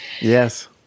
Yes